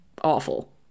awful